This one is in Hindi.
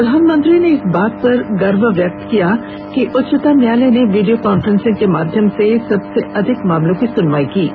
प्रधानमंत्री ने इस बात पर गर्व व्यक्त किया कि उच्चतम न्यायालय ने वीडियो कॉन्फ्रेंस के माध्यम से सबसे अधिक मामलों की सुनवाई की है